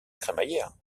crémaillère